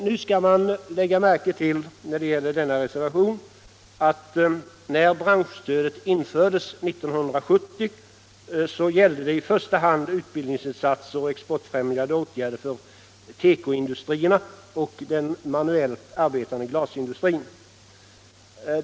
Nu skall man lägga märke till när det gäller denna reservation att när branschstödet infördes 1970 gällde det i första hand utbildningsinsatser och exportfrämjande åtgärder för tekoindustrierna och den manuellt arbetande glasindustrin.